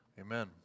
Amen